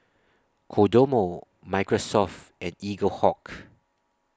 Kodomo Microsoft and Eaglehawk